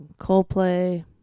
Coldplay